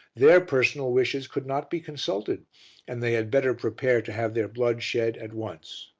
their personal wishes could not be consulted and they had better prepare to have their blood shed at once.